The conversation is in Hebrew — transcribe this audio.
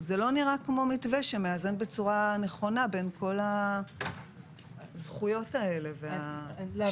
זה לא נראה כמו מתווה שמאזן בצורה נכונה בין כל הזכויות האלה והקשיים.